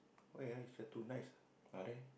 where ah he share to nice ah there